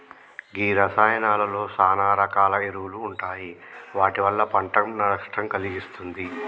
గీ రసాయానాలలో సాన రకాల ఎరువులు ఉంటాయి వాటి వల్ల పంటకు నష్టం కలిగిస్తుంది